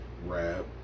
rap